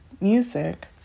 music